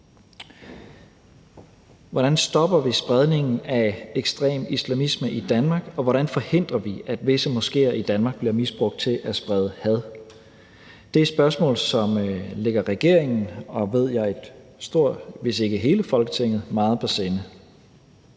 Hvordan stopper vi spredningen af ekstrem islamisme i Danmark, og hvordan forhindrer vi, at visse moskéer i Danmark bliver misbrugt til at sprede had? Det er spørgsmål, som ligger regeringen og, ved jeg, et stort flertal – hvis ikke hele Folketinget – meget på sinde.